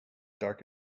dark